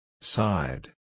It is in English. Side